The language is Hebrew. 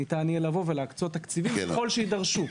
ניתן יהיה לבוא ולהקצות תקציבים ככל שיידרשו.